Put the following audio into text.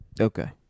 Okay